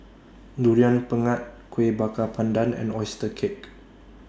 Durian Pengat Kueh Bakar Pandan and Oyster Cake